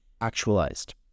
actualized